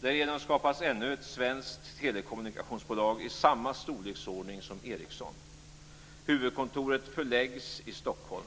Därigenom skapas ännu ett svenskt telekommunikationsbolag i samma storleksordning som Ericsson. Huvudkontoret förläggs i Stockholm.